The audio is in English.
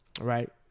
Right